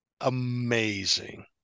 amazing